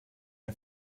and